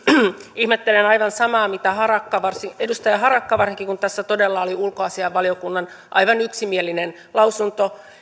ihmettelen aivan samaa mitä edustaja harakka varsinkin kun tässä todella oli ulkoasiainvaliokunnan aivan yksimielinen lausunto